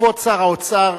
שר האוצר,